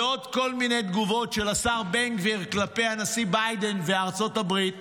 ועוד כל מיני תגובות של השר בן גביר כלפי הנשיא ביידן וארצות הברית,